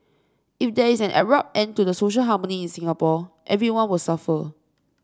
if there is an abrupt end to the social harmony in Singapore everyone will suffer